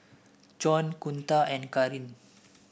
Con Kunta and Kareen